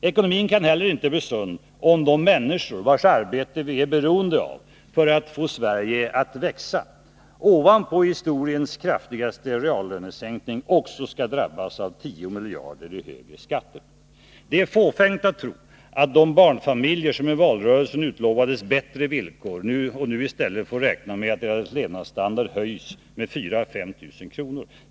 Ekonomin kan heller inte bli sund, om de människor vilkas arbete vi är beroende av för att få Sverige att växa ovanpå historiens kraftigaste reallönesänkning också skall drabbas av 10 miljarder i högre skatter. Det är fåfängt att tro att de barnfamiljer som i valrörelsen utlovades bättre villkor och nu i stället får räkna med att deras levnadskostnader höjs med 4 000 å 5 000 kr.